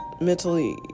mentally